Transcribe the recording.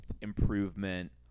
improvement